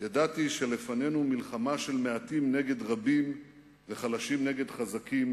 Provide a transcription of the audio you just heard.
ידעתי שלפנינו מלחמה של מעטים נגד רבים וחלשים נגד חזקים,